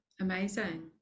amazing